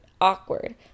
awkward